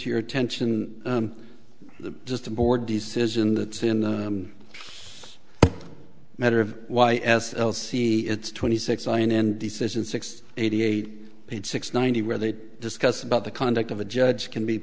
to your attention the just a board decision that in the matter of y s l c it's twenty six i n n decision six eighty eight page six ninety where they discuss about the conduct of a judge can be